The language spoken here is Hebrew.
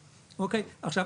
עכשיו,